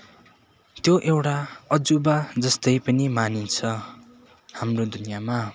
त्यो एउटा अजुबा जस्तै पनि मानिन्छ हाम्रो दुनियाँमा